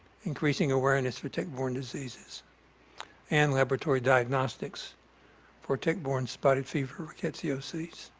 increasing awareness for tick-borne diseases and laboratory diagnostics for tick-borne spotted fever rickettsiosis.